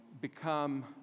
become